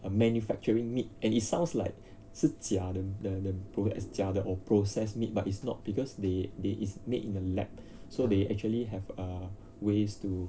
err manufacturing meat and it sounds like 是假的 the the proc~ 是假的 of processed meat but it's not because they they is made in the lab so they actually have err ways to